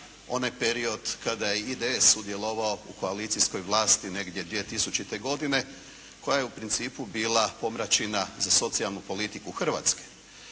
onaj period kada je IDS sudjelovao u koalicijskoj vlasti negdje 2000. godine koja je u principu bila pomračina za socijalnu politiku Hrvatske.